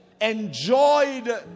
Enjoyed